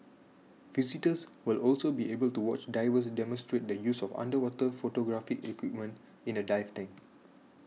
visitors will also be able to watch divers demonstrate the use of underwater photographic equipment in a dive tank